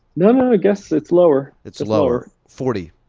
no, no, ah guess. it's lower, it's lower. forty.